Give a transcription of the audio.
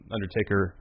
Undertaker